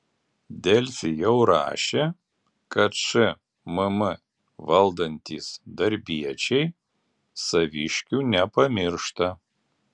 delfi jau rašė kad šmm valdantys darbiečiai saviškių nepamiršta